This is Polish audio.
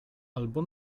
albo